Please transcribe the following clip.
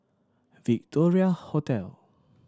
Victoria Hotel